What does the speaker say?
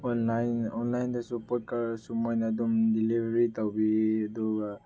online ꯑꯣꯟꯂꯥꯏꯟꯗꯁꯨ ꯄꯣꯠ ꯀꯛꯂꯁꯨ ꯃꯣꯏꯅ ꯑꯗꯨꯝ ꯗꯤꯂꯤꯕꯔꯤ ꯇꯧꯕꯤ ꯑꯗꯨꯒ